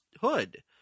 hood